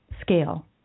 scale